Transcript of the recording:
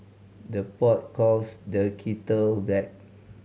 the pot calls the kettle black